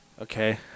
okay